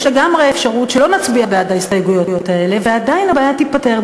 יש לגמרי אפשרות שלא נצביע בעד ההסתייגויות האלה ועדיין הבעיה תיפתר,